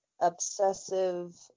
obsessive